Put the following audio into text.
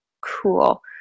cool